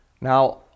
Now